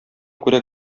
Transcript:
күрә